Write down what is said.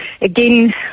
again